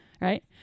right